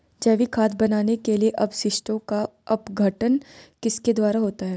जैविक खाद बनाने के लिए अपशिष्टों का अपघटन किसके द्वारा होता है?